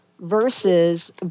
versus